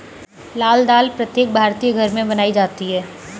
लाल दाल प्रत्येक भारतीय घर में बनाई जाती है